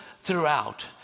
throughout